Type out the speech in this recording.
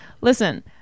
Listen